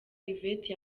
yvette